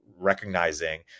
recognizing